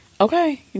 Okay